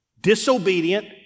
disobedient